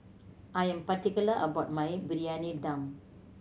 I am particular about my Briyani Dum